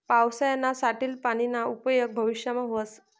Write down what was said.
पावसायानं साठेल पानीना उपेग भविष्यमा व्हस